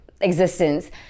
existence